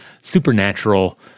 supernatural